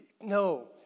No